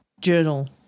journal